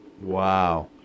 Wow